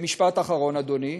ומשפט אחרון, אדוני.